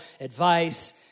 advice